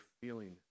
feeling